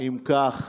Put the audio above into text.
אם כך,